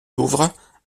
louvre